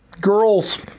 girls